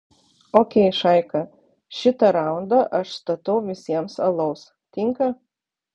okei šaika šitą raundą aš statau visiem alaus tinka